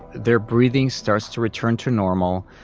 their breathing starts to return to normal.